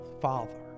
father